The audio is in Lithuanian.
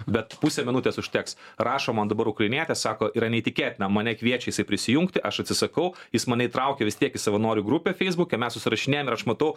bet pusė minutės užteks rašo man dabar ukrainietė sako yra neįtikėtina mane kviečia jisai prisijungti aš atsisakau jis mane įtraukė vis tiek į savanorių grupę feisbuke mes susirašinėjam ir aš matau